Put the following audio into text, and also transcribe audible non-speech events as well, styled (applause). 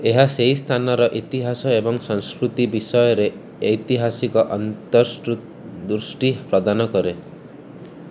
ଏହା ସେହି ସ୍ଥାନର ଇତିହାସ ଏବଂ ସଂସ୍କୃତି ବିଷୟରେ ଐତିହାସିକ (unintelligible) ଦୃଷ୍ଟି ପ୍ରଦାନ କରେ